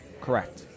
correct